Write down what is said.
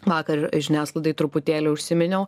vakar žiniasklaidai truputėlį užsiminiau